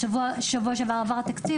בשבוע שעבר עבר תקציב,